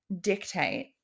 dictate